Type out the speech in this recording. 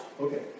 Okay